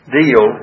deal